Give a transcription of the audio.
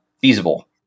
feasible